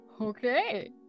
Okay